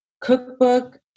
cookbook